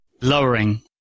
Lowering